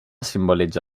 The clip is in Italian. simboleggia